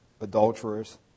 adulterers